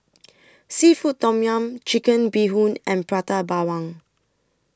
Seafood Tom Yum Chicken Bee Hoon and Prata Bawang